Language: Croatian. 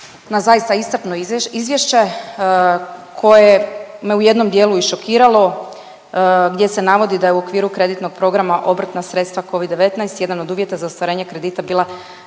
na zaista iscrpno izvješće koje me u jednom dijelu i šokiralo gdje se navodi da je u okviru kreditnog programa obrtna sredstva covid-19 jedan od uvjeta za ostvarenje kredita bila